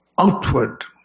outward